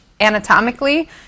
anatomically